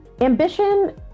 Ambition